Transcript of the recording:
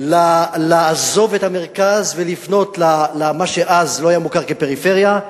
לעזוב את המרכז ולפנות למה שאז לא היה מוכר כפריפריה,